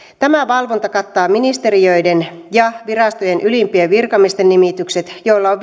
tämä valvonta kattaa ministeriöiden ja virastojen ylimpien virkamiesten nimitykset joilla on